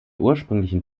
ursprünglichen